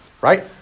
right